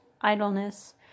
idleness